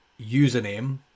username